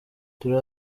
turi